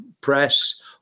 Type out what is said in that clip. press